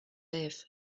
live